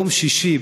יום שישי,